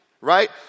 Right